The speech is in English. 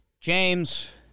James